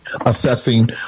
assessing